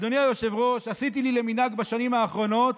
אדוני היושב-ראש, עשיתי לי למנהג בשנים האחרונות,